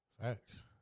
Facts